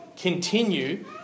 continue